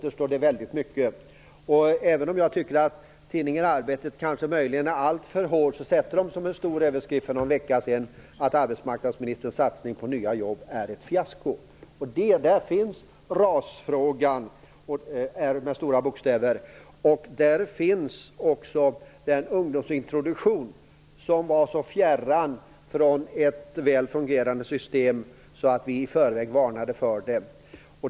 Jag tycker att man på tidningen Arbetet möjligen var alltför hård när man för någon vecka sedan hade en stor rubrik om att arbetsmarknadsministerns satsning på nya jobb är ett fiasko. Där finns RAS-frågan och den ungdomsintroduktion som var så fjärran från ett väl fungerande system att vi i förväg varnade för det.